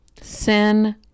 Sin